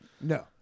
No